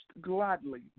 gladly